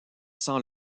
sans